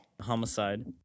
Homicide